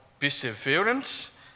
perseverance